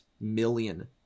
million